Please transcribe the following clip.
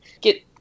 get